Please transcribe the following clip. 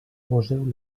poseu